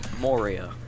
Moria